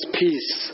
peace